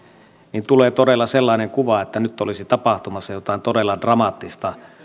niin tulee todella sellainen kuva että nyt olisi tapahtumassa jotain todella dramaattista